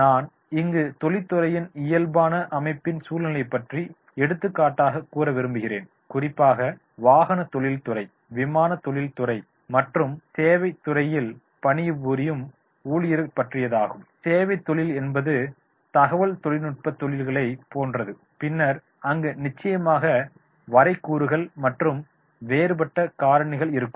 நான் இங்கு தொழிற்துறையின் இயல்பான அமைப்பின் சூல்நிலையை பற்றி எடுத்துக்காட்டாக கூற விரும்புகிறேன் குறிப்பாக வாகன தொழில் துறை விமானத் தொழில் துறை மற்றும் சேவைத் துறையில் பணிபுரியும் ஊழியர்கள் பற்றியதாகும் சேவைத் தொழில் என்பது தகவல் தொழில்நுட்பத் தொழில்களைப் போன்றது பின்னர் அங்கு நிச்சயமாக வரைக்கூறுகள் மற்றும் வேறுபட்ட காரணிகள் இருக்கும்